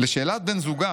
"לשאלת בן זוגה